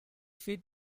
fit